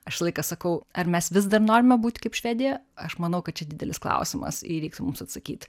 aš visą laiką sakau ar mes vis dar norime būti kaip švedija aš manau kad čia didelis klausimas į jį reiks mums atsakyt